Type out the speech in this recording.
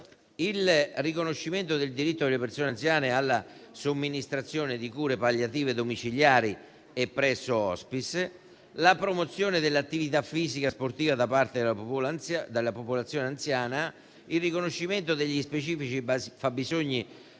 il riconoscimento del diritto delle persone anziane alla somministrazione di cure palliative domiciliari e presso *hospice*; la promozione dell'attività fisica sportiva da parte della popolazione anziana; il riconoscimento degli specifici fabbisogni